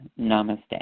namaste